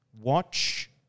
watch